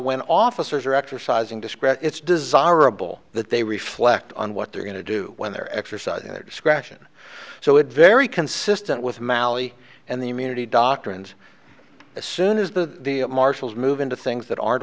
when officers are exercising discraft it's desirable that they reflect on what they're going to do when they're exercising their discretion so it's very consistent with malley and the immunity doctrines as soon as the marshals move into things that aren't